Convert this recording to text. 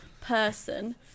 person